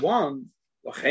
one